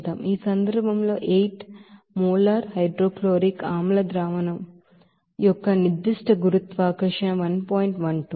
ఈ సందర్భంలో 8 molar hydrochloric acid solution యొక్క ಸ್ಪೆಸಿಫಿಕ್ ಗ್ರಾವಿಟಿనిర్ధిష్ట గురుత్వాకర్షణ 1